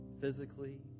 physically